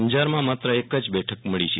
અંજારમાં માત્ર એક જ બેઠક મળી છે